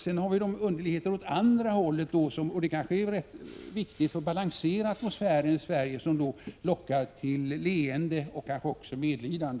Sedan har vi underligheter åt andra hållet, och det är kanske viktigt för att balansera atmosfären i Sverige, som lockar till leende och kanske också till medlidande.